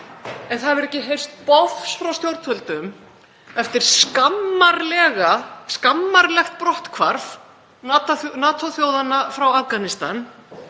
en það hefur ekki heyrst bofs frá stjórnvöldum eftir skammarlegt brotthvarf NATO-þjóðanna frá Afganistan